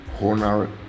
honor